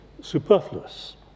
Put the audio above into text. superfluous